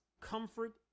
comfort